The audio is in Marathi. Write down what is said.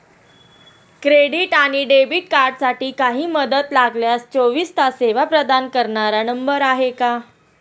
क्रेडिट आणि डेबिट कार्डसाठी काही मदत लागल्यास चोवीस तास सेवा प्रदान करणारा नंबर आहे का?